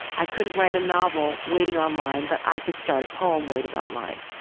i couldn't write a novel waiting on line, but i could start a poem waiting on line.